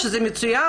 שזה מצוין,